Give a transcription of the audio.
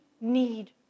need